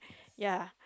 ya